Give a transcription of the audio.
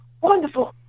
wonderful